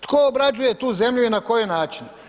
Tko obrađuje tu zemlju i na koji način?